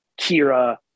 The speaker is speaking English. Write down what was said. Kira